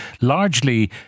largely